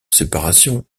séparation